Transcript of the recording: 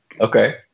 Okay